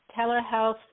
telehealth